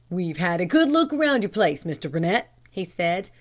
we've had a good look round your place, mr. rennett, he said,